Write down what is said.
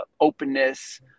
openness